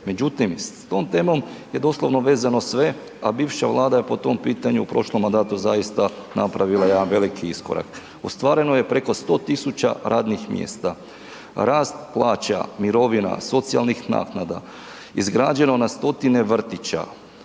međutim s tom temom je doslovno vezano sve, a bivša Vlada je po tom pitanju u prošlom mandatu zaista napravila jedan veliki iskorak. Ostvareno je preko 100.000 radnih mjesta, rast plaća, mirovina, socijalnih naknada, izgrađeno na stotine vrtića,